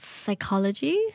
psychology